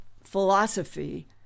philosophy